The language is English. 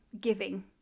giving